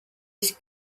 ich